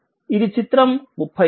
ఇది చిత్రం 35